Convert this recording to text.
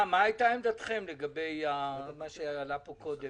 מה הייתה עמדתכם לגבי מה שעלה פה קודם